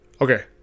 Okay